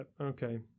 okay